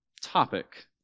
topic